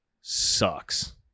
sucks